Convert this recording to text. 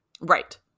Right